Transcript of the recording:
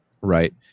right